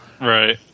Right